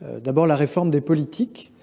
Tout d’abord, une réforme des politiques